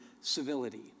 civility